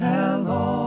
Hello